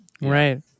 Right